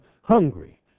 hungry